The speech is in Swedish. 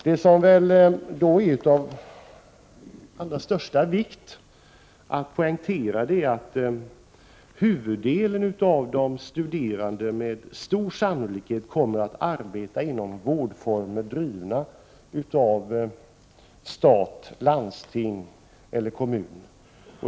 Det är av allra största vikt att poängtera att huvuddelen av de studerande med stor sannolikhet kommer att arbeta inom den vård som drivs av stat, landsting eller kommuner.